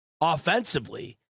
offensively